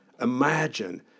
imagine